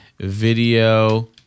Video